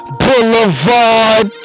boulevard